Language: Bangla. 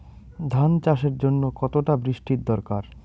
ধান চাষের জন্য কতটা বৃষ্টির দরকার?